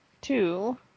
two